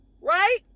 right